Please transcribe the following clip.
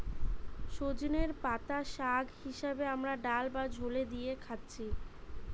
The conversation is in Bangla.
সজনের পাতা শাগ হিসাবে আমরা ডাল বা ঝোলে দিয়ে খাচ্ছি